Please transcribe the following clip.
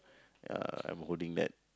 ya I'm holding that